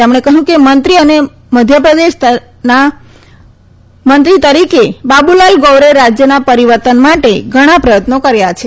તેમણે કહ્યું મંત્રી અને મધ્યપ્રદેશ તરીકે બાબુલાલ ગૌરે રાજ્યના પરિવર્તન માટે ઘણા પ્રયત્નો કર્યા છે